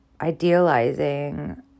idealizing